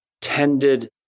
tended